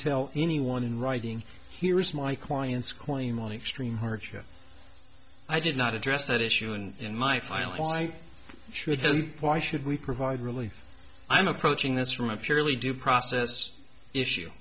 tell anyone in writing here's my client's claim money extreme hardship i did not address that issue in my file i should why should we provide relief i'm approaching this from a purely due process issue